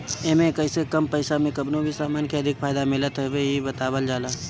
एमे कइसे कम पईसा में कवनो भी समान के अधिक फायदा मिलत हवे इ बतावल जाला